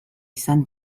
izan